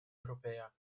europea